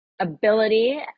ability